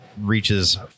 reaches